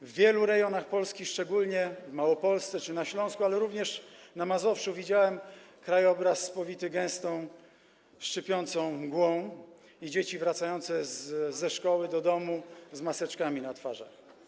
W wielu rejonach Polski, szczególnie w Małopolsce czy na Śląsku, ale również na Mazowszu, widziałem krajobraz spowity gęstą, szczypiącą mgłą i dzieci wracające ze szkoły do domu z maseczkami na twarzach.